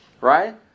right